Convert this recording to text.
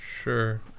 Sure